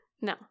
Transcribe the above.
no